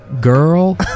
girl